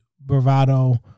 bravado